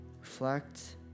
reflect